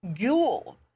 ghoul